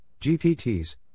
GPTs